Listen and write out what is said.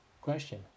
Question